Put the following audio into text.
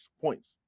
points